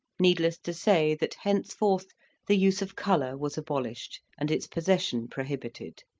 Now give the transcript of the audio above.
needless to say that henceforth the use of colour was abolished, and its possession prohibited.